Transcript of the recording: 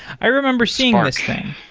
i remember seeing this thing.